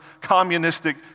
communistic